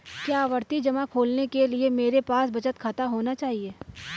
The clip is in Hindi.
क्या आवर्ती जमा खोलने के लिए मेरे पास बचत खाता होना चाहिए?